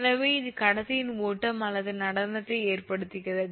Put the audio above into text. எனவே இது கடத்தியின் ஓட்டம் அல்லது நடனத்தை ஏற்படுத்துகிறது